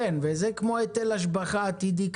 זה כמו היטל השבחה עתידי,